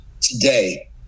today